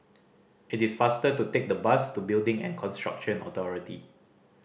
it is faster to take the bus to Building and Construction Authority